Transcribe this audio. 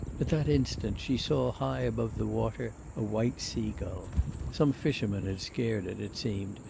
but that instant she saw high above the water a white sea-gull some fisherman had scared it, it seemed,